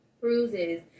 cruises